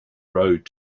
road